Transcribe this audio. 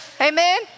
amen